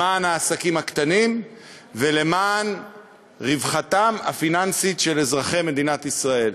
למען העסקים הקטנים ולמען רווחתם הפיננסית של אזרחי מדינת ישראל.